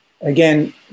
Again